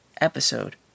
episode